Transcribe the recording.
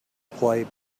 play